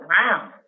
wow